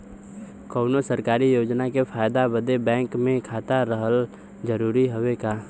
कौनो सरकारी योजना के फायदा बदे बैंक मे खाता रहल जरूरी हवे का?